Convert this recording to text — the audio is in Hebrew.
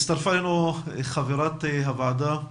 הצטרפה אלינו חברת הוועדה,